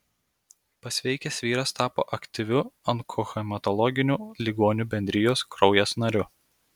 pasveikęs vyras tapo aktyviu onkohematologinių ligonių bendrijos kraujas nariu